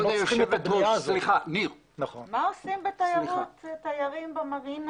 מה עושים תיירים במרינה?